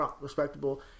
respectable